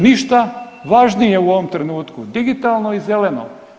Ništa važnije u ovom trenutku digitalno i zeleno.